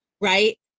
right